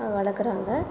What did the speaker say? வளர்க்குறாங்க